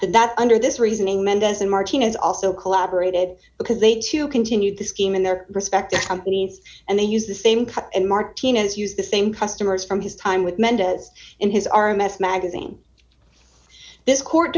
that under this reasoning mendez and martinez also collaborated because they too continued the scheme in their respective companies and they used the same cut and martinez used the same customers from his time with mendez in his r m s magazine this court